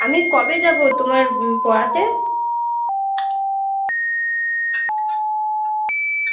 আমি কবে যাবো তোমার পড়াতে